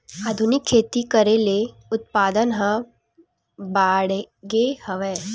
आधुनिक खेती करे ले उत्पादन ह बाड़गे हवय